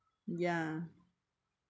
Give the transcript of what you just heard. ya